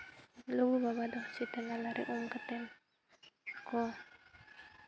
ᱞᱩᱜᱩᱼᱵᱟᱵᱟ ᱫᱚ ᱥᱤᱛᱟᱹᱱᱟᱞᱟ ᱨᱮ ᱩᱢ ᱠᱟᱛᱮᱱ ᱠᱚ